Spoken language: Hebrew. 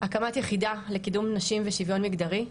הקמת יחידה לקידום נשים ושוויון מגדרי,